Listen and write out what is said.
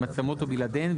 עם עצמות או בלעדיהן,